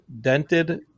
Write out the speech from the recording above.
dented